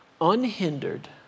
unhindered